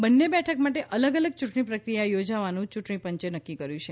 બંને બેઠક માટે અલગ અલગ યૂંટણી પ્રક્રિયા યોજવાનું યૂંટણી પંચે નક્કી કર્યું છે